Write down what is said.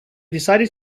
decided